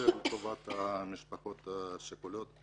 אקצר לטובת המשפחות השכולות.